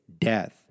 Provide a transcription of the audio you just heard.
death